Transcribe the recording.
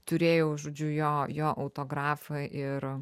turėjau žodžiu jo jo autografą ir